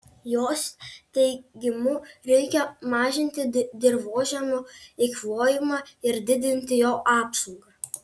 jos teigimu reikia mažinti dirvožemio eikvojimą ir didinti jo apsaugą